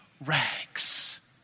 rags